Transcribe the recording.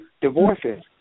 divorces